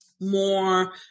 more